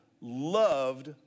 loved